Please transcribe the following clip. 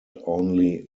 only